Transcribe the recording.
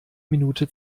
minute